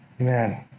Amen